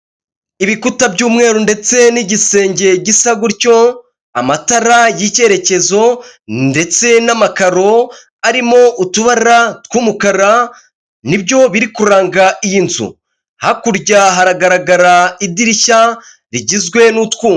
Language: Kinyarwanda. Ibikuta by'umweru ndetse n'igisenge gisa gutyo, amatara y'icyerekezo ndetse n'amakaro arimo utubara tw'umukara nibyo biri kuranga iyi nzu, hakurya haragaragara idirishya rigizwe n'utwuma.